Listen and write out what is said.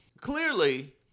Clearly